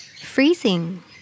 freezing